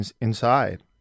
inside